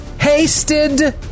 hasted